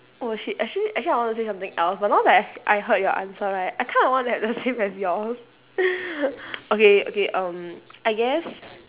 oh shit actually actually I want to say something out but now that I've I heard you answer right I kind of want that the same as yours okay okay um I guess